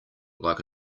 like